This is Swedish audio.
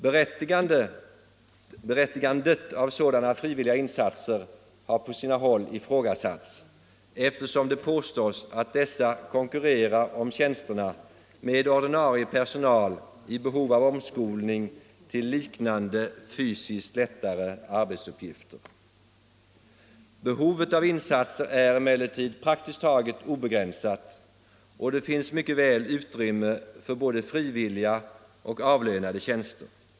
Berättigandet av sådana insatser har på sina håll ifrågasatts, eftersom det påstås att de frivilliga krafterna konkurrerar om tjänsterna med ordinarie personal i behov av omskolning till liknande men fysiskt lättare arbetsuppgifter. Behovet av insatser är emellertid praktiskt taget obegränsat, och det finns mycket väl utrymme för både frivilliga och avlönade tjänster.